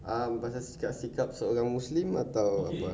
um sikap-sikap seorang muslim atau